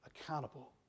accountable